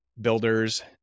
builders